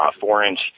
four-inch